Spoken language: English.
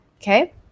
okay